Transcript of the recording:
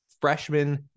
freshman